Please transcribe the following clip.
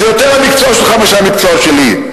זה יותר המקצוע שלך מאשר המקצוע שלי,